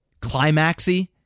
climaxy